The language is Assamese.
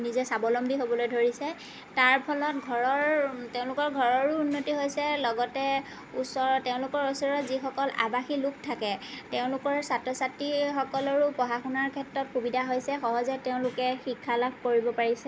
নিজে স্বাৱলম্বী হ'বলৈ ধৰিছে তাৰ ফলত ঘৰৰ তেওঁলোকৰ ঘৰৰো উন্নতি হৈছে লগতে ওচৰৰ তেওঁলোকৰ ওচৰৰ যিসকল আৱাসী লোক থাকে তেওঁলোকৰ ছাত্ৰ ছাত্ৰীসকলৰো পঢ়া শুনাৰ ক্ষেত্ৰত সুবিধা হৈছে সহজে তেওঁলোকে শিক্ষা লাভ কৰিব পাৰিছে